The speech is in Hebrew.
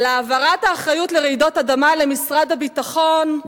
על העברת האחריות לרעידות אדמה למשרד הביטחון,